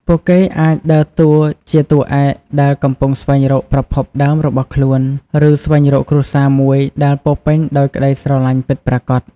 ពួកគេអាចដើរតួជាតួឯកដែលកំពុងស្វែងរកប្រភពដើមរបស់ខ្លួន ឬស្វែងរកគ្រួសារមួយដែលពោរពេញដោយក្ដីស្រឡាញ់ពិតប្រាកដ។